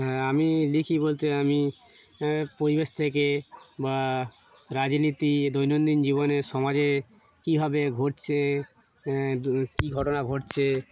হ্যাঁ আমি লিখি বলতে আমি পরিবেশ থেকে বা রাজনীতি দৈনন্দিন জীবনে সমাজে কীভাবে ঘটছে কী ঘটনা ঘটছে